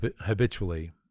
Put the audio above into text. habitually